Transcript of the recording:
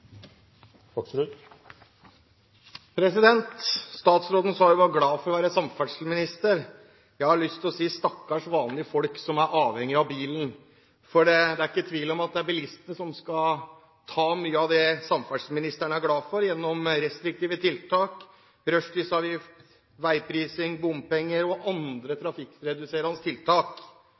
replikkordskifte. Statsråden sa hun var glad for å være samferdselsminister. Jeg har lyst til å si: Stakkars vanlige folk som er avhengige av bilen, for det er ikke tvil om at det er bilistene som skal ta mye av det samferdselsministeren er glad for, gjennom restriktive tiltak, rushtidsavgift, veiprising, bompenger og andre trafikkreduserende tiltak.